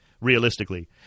Realistically